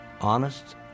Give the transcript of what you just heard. honest